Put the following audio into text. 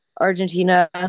Argentina